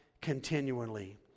continually